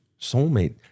Soulmate